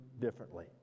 differently